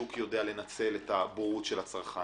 השוק יודע לנצל את הבורות של הצרכן.